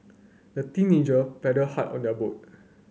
the teenager paddled hard on their boat